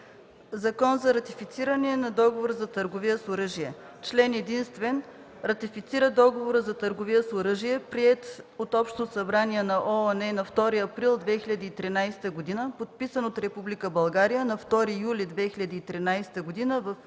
„ЗАКОН за ратифициране на Договора за търговия с оръжие Член единствен. Ратифицира Договора за търговия с оръжие, приет от Общото събрание на ООН на 2 април 2013 г., подписан от Република България на 2 юли 2013 г. в Ню